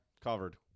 covered